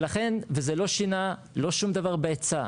ולכן, וזה לא שינה שום דבר בהיצע,